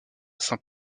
saint